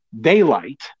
daylight